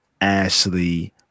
Ashley